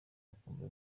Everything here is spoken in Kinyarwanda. akumva